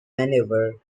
maneuver